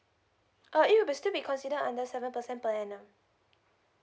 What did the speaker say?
oo it will be still be considered under seven percent per annum